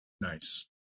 nice